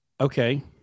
Okay